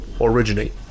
originate